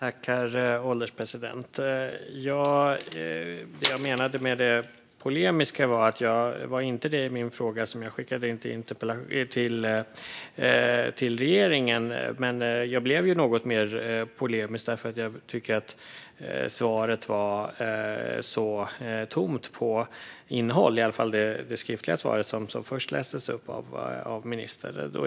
Herr ålderspresident! Det jag menade med det polemiska var inte frågorna i den interpellation som jag skickade till regeringen. Men jag blev något mer polemisk därför att jag tyckte att svaret var så tomt på innehåll, i alla fall det skriftliga svar som först lästes upp av ministern.